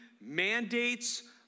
mandates